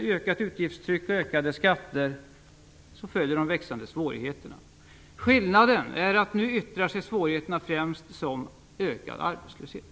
ökat utgiftstryck och ökade skatter. Så följer de växande svårigheterna. Skillnaden är att svårigheterna nu yttrar sig främst som ökad arbetslöshet.